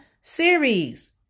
series